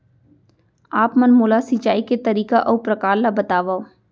आप मन मोला सिंचाई के तरीका अऊ प्रकार ल बतावव?